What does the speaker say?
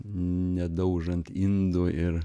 nedaužant indų ir